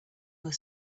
were